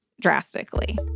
drastically